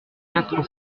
quatre